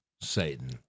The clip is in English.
Satan